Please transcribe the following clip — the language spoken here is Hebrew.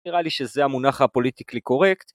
נראה לי שזה המונח הפוליטיקלי קורקט